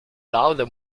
العودة